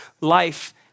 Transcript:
life